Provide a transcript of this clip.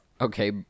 Okay